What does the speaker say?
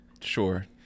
Sure